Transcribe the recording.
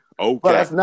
Okay